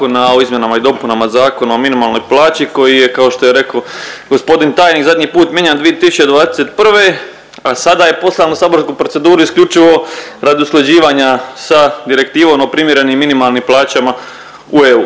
o izmjenama i dopunama Zakona o minimalnoj plaći koji je kao što je rekao gospodin tajnik, zadnji put mijenjan 2021., a sada je poslan u saborsku proceduru isključivo radi usklađivanja sa direktivom o primjerenim minimalnim plaćama u EU.